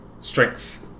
Strength